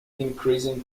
increasing